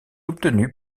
obtenu